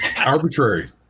Arbitrary